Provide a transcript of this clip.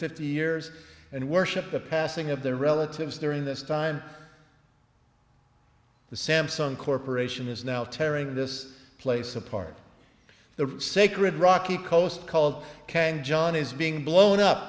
fifty years and worship the passing of their relatives during this time the samsung corporation is now tearing this place apart the sacred rocky coast called kang john is being blown up